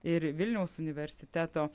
ir vilniaus universiteto